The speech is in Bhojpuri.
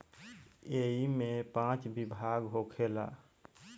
ऐइमे पाँच विभाग होखेला